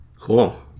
Cool